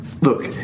Look